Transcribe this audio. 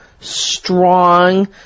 strong